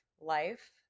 life